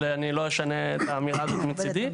אבל אני לא אשנה את האמירה הזאת מצידי.